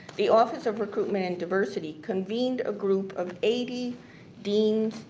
the office of recruitment and diversity convened a group of eighty deans,